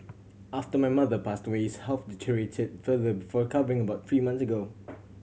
after my mother passed away his health deteriorated further before covering about three months ago